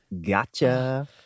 Gotcha